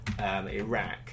Iraq